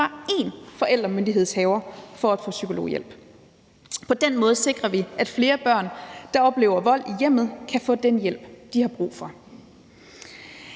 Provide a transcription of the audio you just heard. fra én forældremyndighedsindehaver for at få psykologhjælp. På den måde sikrer vi, at flere børn, der oplever vold i hjemmet, kan få den hjælp, de har brug for.